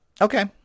Okay